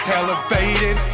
elevated